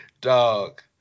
dog